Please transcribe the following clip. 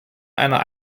einer